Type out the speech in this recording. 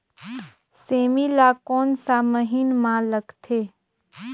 सेमी ला कोन सा महीन मां लगथे?